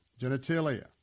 genitalia